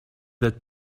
that